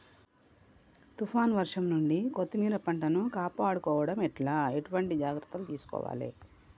తుఫాన్ వర్షం నుండి కొత్తిమీర పంటను కాపాడుకోవడం ఎట్ల ఎటువంటి జాగ్రత్తలు తీసుకోవాలే?